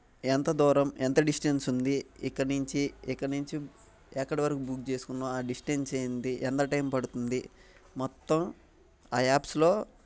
ఎంత దూరం ఎంత డిస్టెన్సు ఉంది ఇక్కడ నుంచి ఇక్కడ నుంచి ఎక్కడ వరకు బుక్ చేసుకున్నాం ఆ డిస్టెన్స్ ఏమిటి ఎంత టైమ్ పడుతుంది మొత్తం ఆ యాప్స్లో